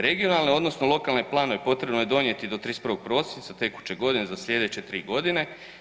Regionalne odnosno lokalne planove potrebno je donijeti do 31. prosinca tekuće godine za slijedeće 3 godine.